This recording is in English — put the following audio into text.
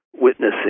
witnessing